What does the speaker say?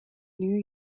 new